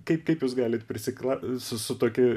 kaip kaip jūs galit prisikla su su tokiu